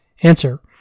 Answer